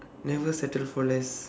never settle for less